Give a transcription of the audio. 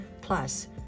Plus